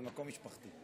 זה מקום משפחתי.